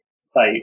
site